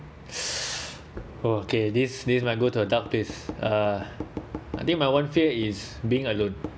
okay this this might go to a tough place uh I think my one fear is being alone